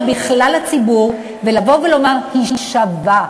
בכלל הציבור ולבוא ולומר: היא שווה,